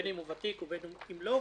בין אם הוא ותיק ובין אם לאו,